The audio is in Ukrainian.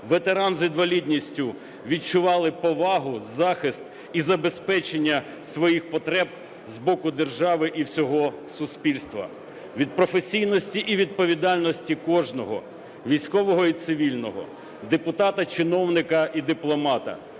ветеран з інвалідністю відчували повагу, захист і забезпечення своїх потреб з боку держави і всього суспільства. Від професійності і відповідальності кожного: військового і цивільного, депутата, чиновника і дипломата